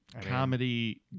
comedy